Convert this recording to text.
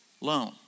loan